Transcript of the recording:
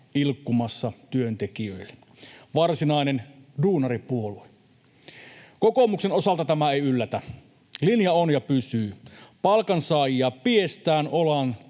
ilkkumassa työntekijöille — varsinainen duunaripuolue. Kokoomuksen osalta tämä ei yllätä. Linja on ja pysyy: Palkansaajia piestään olan